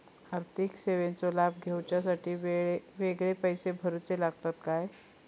आर्थिक सेवेंचो लाभ घेवच्यासाठी वेगळे पैसे भरुचे लागतत काय?